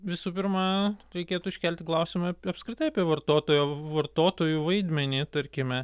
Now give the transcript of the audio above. visų pirma reikėtų iškelti klausimą apskritai apie vartotojo vartotojų vaidmenį tarkime